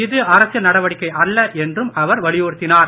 இது அரசியல் நடவடிக்கை அல்ல என்றும் அவர் வலியுறுத்தினார்